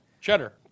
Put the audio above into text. Cheddar